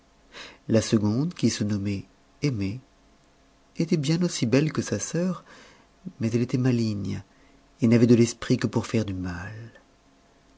la seconde qui se nommait aimée était bien aussi belle que sa sœur mais elle était maligne et n'avait de l'esprit que pour faire du mal